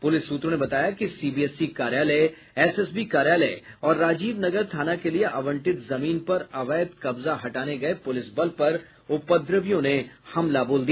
police सूत्रों ने बताया कि सीबीएसई कार्यालय एसएसबी कार्यालय और राजीव नगर थाना के लिए आवंटित जमीन पर अवैध कब्जा हटाने गये पुलिस बल पर उपद्रवियों ने हमला कर दिया